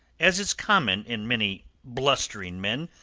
as is common in many blustering men,